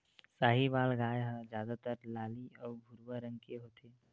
साहीवाल गाय ह जादातर लाली अउ भूरवा रंग के होथे